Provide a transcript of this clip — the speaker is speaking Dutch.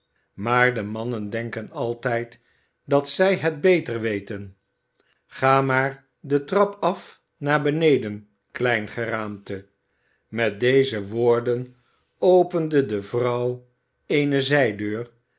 maar de mannen denken altijd dat zij het beter weten oa maar de trap af naar beneden klein geraamte met deze woorden opende de vrouw